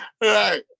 Right